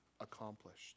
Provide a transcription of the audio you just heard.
accomplished